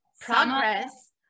progress